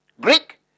Greek